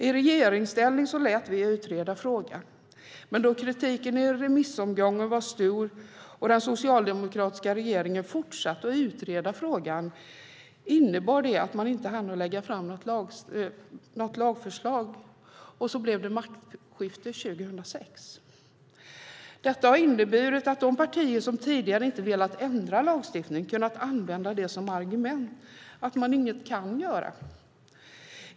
I regeringsställning lät vi utreda frågan, men eftersom kritiken i remissomgången var stor och den socialdemokratiska regeringen fortsatte att utreda frågan innebar det att man inte hann lägga fram något lagförslag. Så blev det maktskifte 2006. Detta har inneburit att de partier som tidigare inte velat ändra lagstiftningen har använt argumentet att de inget kan göra.